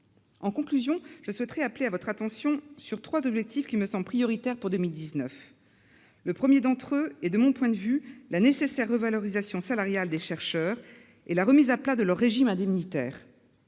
En conclusion, je souhaiterais appeler votre attention sur trois objectifs, qui me semblent prioritaires pour 2019. Le premier objectif est, de mon point de vue, la nécessaire revalorisation salariale des chercheurs et la remise à plat de leur régime indemnitaire.